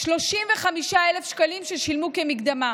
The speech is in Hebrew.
35,000 שקלים ששילמו כמקדמה,